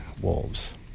wolves